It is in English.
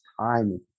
time